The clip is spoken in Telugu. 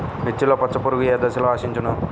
మిర్చిలో పచ్చ పురుగు ఏ దశలో ఆశించును?